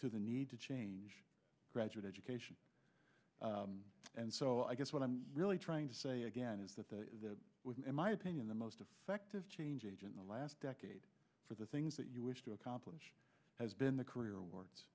to the need to change graduate education and so i guess what i'm really trying to say again is that the women in my opinion the most effective change agent the last decade for the things that you wish to accomplish has been the career wor